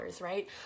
Right